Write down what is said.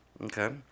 Okay